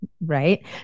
right